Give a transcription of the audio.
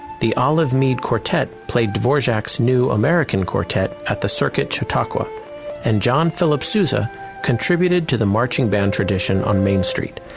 the olive mead quartet played devon jack's new american quartet at the circuit chautauqua and john philip sousa contributed to the marching band tradition on main street,